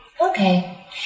Okay